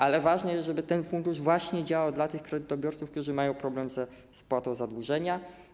Ale ważne jest, żeby ten fundusz działał dla tych kredytobiorców, którzy mają problem ze spłatą zadłużenia.